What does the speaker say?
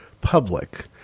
public